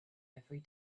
every